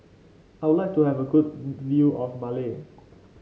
I would like to have a good view of Male